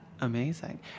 Amazing